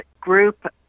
group